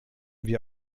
wir